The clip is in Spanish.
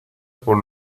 por